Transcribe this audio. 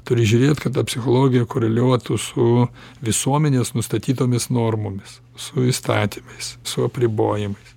turi žiūrėt kad ta psichologija koreliuotų su visuomenės nustatytomis normomis su įstatymais su apribojimais